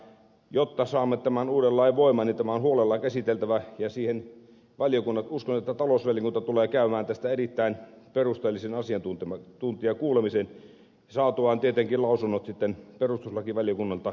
ja jotta saamme tämän uuden lain voimaan niin tämä on huolella käsiteltävä ja uskon että talousvaliokunta tulee käymään tästä erittäin perusteellisen asiantuntijakuulemisen saatuaan tietenkin lausunnot sitten perustuslakivaliokunnalta ja ympäristövaliokunnalta